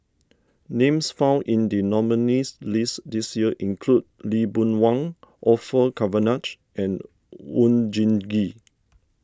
names found in the nominees' list this year include Lee Boon Wang Orfeur Cavenagh and Oon Jin Gee